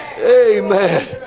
amen